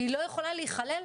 והיא לא יכולה להיכלל,